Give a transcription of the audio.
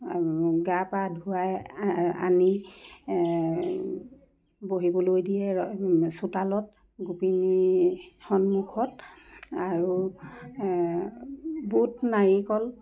গা পা ধুৱাই আনি বহিবলৈ দিয়ে ৰ চোতালত গোপিনীৰ সন্মুখত আৰু বুট নাৰিকল